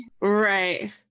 right